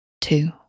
two